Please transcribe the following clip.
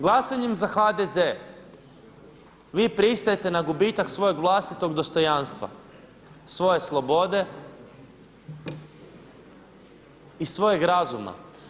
Glasanjem za HDZ vi pristajete na gubitak svojeg vlastitog dostojanstva, svoje slobode i svojeg razuma.